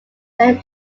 then